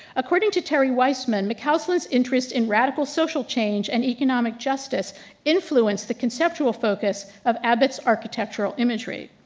according to terry weissman, mccausland's interest in radical social change and economic justice influenced the conceptual focus of abbott's architectural imagery.